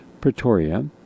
Pretoria